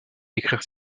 écrire